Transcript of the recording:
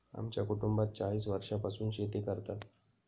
आमच्या कुटुंबात चाळीस वर्षांपासून शेती करतात